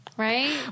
Right